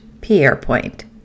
Pierrepoint